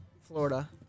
Florida